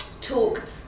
talk